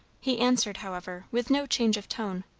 he answered, however, with no change of tone.